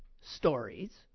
stories